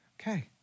Okay